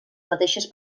mateixes